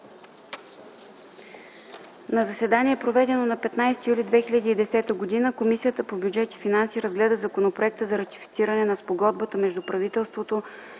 „На заседание, проведено на 15 юли 2010 г., Комисията по бюджет и финанси разгледа Законопроекта за ратифициране на Спогодбата между правителството